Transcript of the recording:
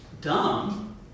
dumb